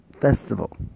festival